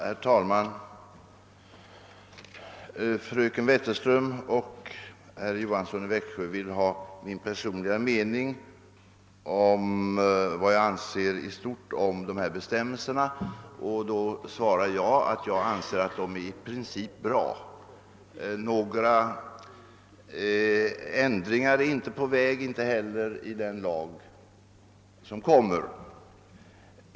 Herr talman! Fröken Wetterström och herr Johansson i Växjö vill veta vad jag personligen anser i stort om dessa bestämmelser. Jag anser att de i princip är bra. Några ändringar är inte på väg, inte heller i den kommande lagen.